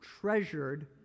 treasured